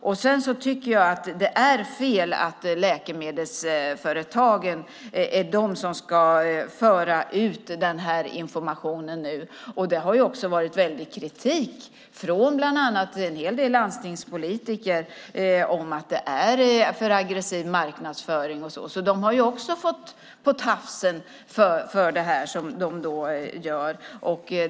Det är fel, tycker jag, att det är läkemedelsföretagen som nu ska föra ut informationen. Det har varit mycket kritik bland annat från en hel del landstingspolitiker mot en alltför aggressiv marknadsföring och så. Också läkemedelsföretagen har fått på tafsen för det de gör.